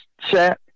chat